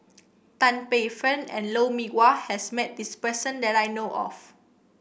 Tan Paey Fern and Lou Mee Wah has met this person that I know of